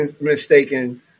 mistaken